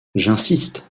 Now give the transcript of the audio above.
j’insiste